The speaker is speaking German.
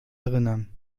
erinnern